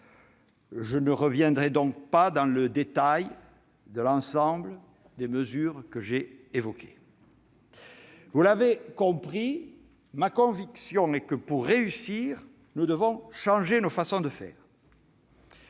Je ne reviendrai donc pas en détail sur l'ensemble des mesures que j'ai évoquées. Merci ! Vous l'avez compris : ma conviction est que, pour réussir, nous devons changer nos façons de faire.